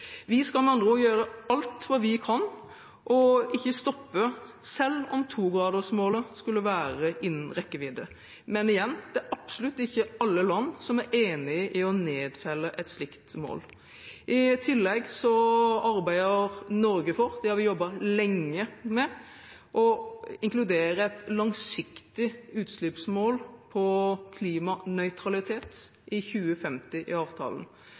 Vi skal med andre ord gjøre alt det vi kan, og ikke stoppe selv om 2-gradersmålet skulle være innen rekkevidde. Men igjen, det er absolutt ikke alle land som er enig i å nedfelle et slikt mål. I tillegg arbeider Norge for – det har vi jobbet lenge med – å inkludere et langsiktig utslippsmål på klimanøytralitet i 2050 i avtalen.